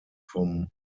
vom